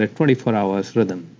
ah twenty four hours rhythm.